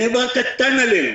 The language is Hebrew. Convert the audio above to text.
בני ברק קטן עלינו.